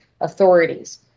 authorities